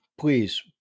please